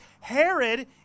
Herod